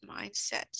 mindset